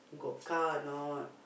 you got car or not